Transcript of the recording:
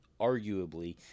arguably